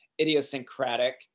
idiosyncratic